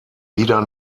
wieder